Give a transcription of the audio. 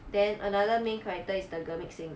then another main character is the gurmit singh